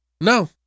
no